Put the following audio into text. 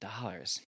dollars